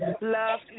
Love